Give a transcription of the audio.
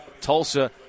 Tulsa